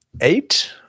Eight